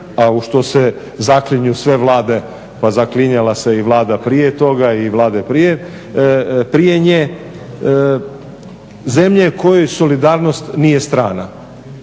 a u što se zaklinju sve Vlade, pa zaklinjala se i Vlada prije toga i Vlade prije nje, zemlje kojoj solidarnost nije strana.